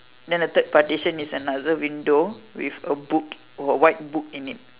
then the third partition is another window with a book or a white book in it